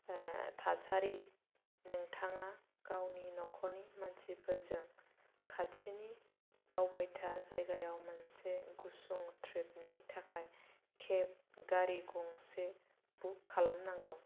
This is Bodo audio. थासारि नोंथाङा गावनि न'खरनि मानसिफोरजों खाथिनि दावबायथा जायगायाव मोनसे गुसुं ट्रिपनि थाखाय केब गारि गंसे बुक खालामनांगौ